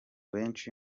benshi